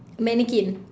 mannequin